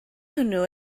hwnnw